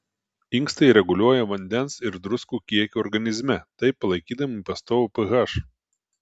inkstai reguliuoja vandens ir druskų kiekį organizme taip palaikydami pastovų ph